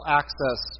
access